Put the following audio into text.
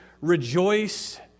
rejoice